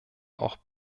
auch